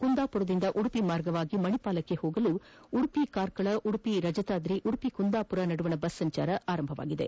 ಕುಂದಾಪುರದಿಂದ ಉಡುಪಿ ಮಾರ್ಗವಾಗಿ ಮಣಿಪಾಲ್ಗೆ ಹೋಗಲು ಉಡುಪಿ ಕಾರ್ಕಳ ಉಡುಪಿ ರಜತಾದ್ರಿ ಉಡುಪಿ ಕುಂದಾಪುರ ನಡುವಣ ಬಸ್ ಸಂಚಾರ ಕಲ್ಪಿಸಲಾಗಿದೆ